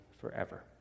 forever